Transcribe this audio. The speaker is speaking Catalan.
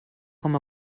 com